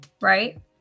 right